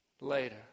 later